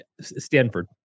Stanford